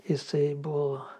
jisai buvo